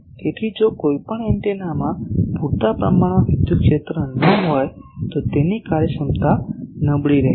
તેથી જો કોઈપણ એન્ટેનામાં પૂરતા પ્રમાણમાં વિદ્યુત ક્ષેત્ર ન હોય તો તેની કાર્યક્ષમતા નબળી રહેશે